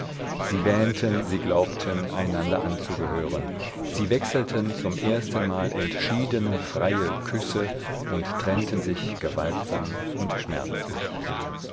sie wähnten sie glaubten einander anzugehören sie wechselten zum erstenmal entschiedene freie küsse und trennten sich gewaltsam und schmerzlich